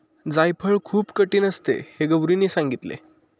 जायफळ खूप कठीण असते हे गौरीने सांगितले